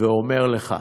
ואומר לך: